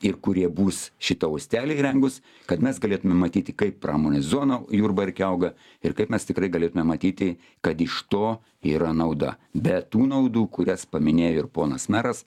ir kurie bus šitą uostelį įrengus kad mes galėtume matyti kaip pramonės zona jurbarke auga ir kaip mes tikrai galėtume matyti kad iš to yra nauda be tų naudų kurias paminėjo ir ponas meras